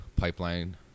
Pipeline